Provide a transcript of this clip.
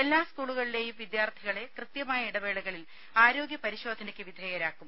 എല്ലാ സ്കൂളുകളിലെയും വിദ്യാർത്ഥികളെ കൃത്യമായ ഇടവേളകളിൽ ആരോഗ്യ പരിശോധനയ്ക്ക് വിധേയരാക്കും